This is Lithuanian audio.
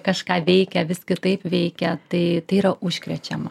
kažką veikia vis kitaip veikia tai tai yra užkrečiama